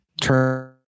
turn